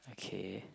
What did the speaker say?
okay